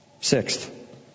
Sixth